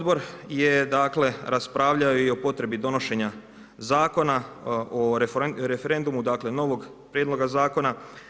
Odbor je raspravljao i o potrebi donošenja zakona o referendumu, dakle, novog prijedloga zakona.